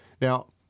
Now